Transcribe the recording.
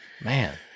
Man